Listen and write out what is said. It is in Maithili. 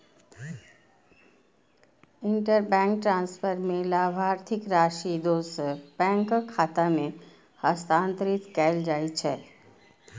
इंटरबैंक ट्रांसफर मे लाभार्थीक राशि दोसर बैंकक खाता मे हस्तांतरित कैल जाइ छै